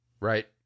Right